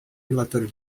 relatório